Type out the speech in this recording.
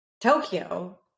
Tokyo